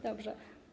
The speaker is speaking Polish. Dobrze.